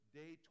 day